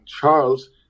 Charles